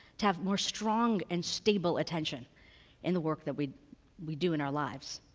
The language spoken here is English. to have more strong and stable attention in the work that we we do in our lives?